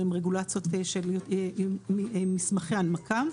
אבל הן רגולציות של מסמכי הנמקה.